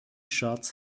shots